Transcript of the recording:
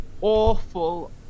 Awful